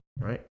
Right